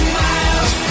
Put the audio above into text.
miles